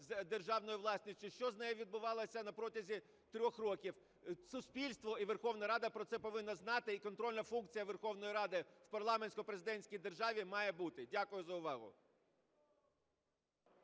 державною власністю, що з нею відбувалося на протязі трьох років. Суспільство і Верховна Рада про це повинна знати, і контрольна функція Верховної Ради в парламентсько-президентській державі має бути. Дякую за увагу.